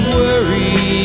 worry